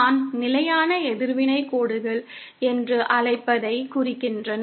நான் நிலையான எதிர்வினை கோடுகள் என்று அழைப்பதைக் குறிக்கின்றன